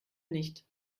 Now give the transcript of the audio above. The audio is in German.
nicht